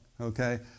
okay